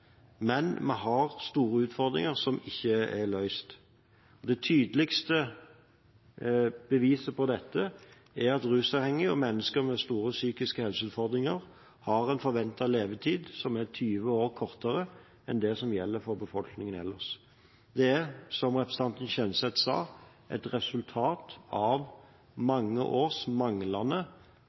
men vi har store utfordringer som ikke er løst. Det tydeligste beviset på dette er at rusavhengige og mennesker med store psykiske helseutfordringer har en forventet levetid som er 20 år kortere enn det som gjelder for befolkningen ellers. Det er, som representanten Kjenseth sa, et resultat av mange års manglende